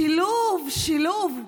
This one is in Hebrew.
שילוב, שילוב.